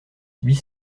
huit